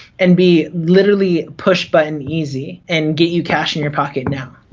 and be literally pushed button easy and get you cash in your pocket now.